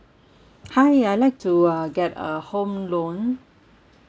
hi I'd like to uh get a home loan